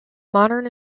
modern